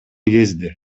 кезде